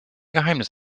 geheimnis